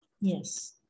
Yes